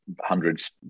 hundreds